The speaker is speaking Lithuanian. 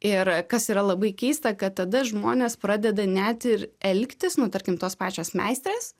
ir kas yra labai keista kad tada žmonės pradeda net ir elgtis nu tarkim tos pačios meistrės